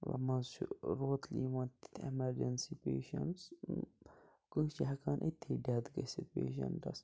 منٛز چھُ روتلہٕ یِوان تِتھ ایٚمَرجَنسی پیشَنٹٕس کٲنٛسہِ چھِ ہیٚکان أتتھٕے ڈیٚتھ گٔژھِتھ پیشَنٹَس